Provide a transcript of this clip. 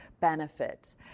benefit